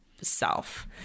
self